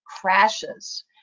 crashes